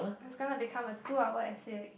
its gonna to become a two hour essay again